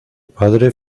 padre